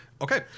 Okay